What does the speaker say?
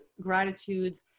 gratitude